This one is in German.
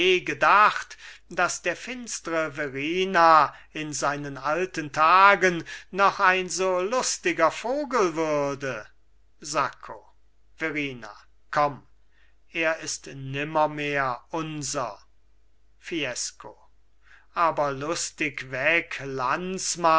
gedacht daß der finstre verrina in seinen alten tagen noch ein so lustiger vogel würde sacco verrina komm er ist nimmermehr unser fiesco aber lustig weg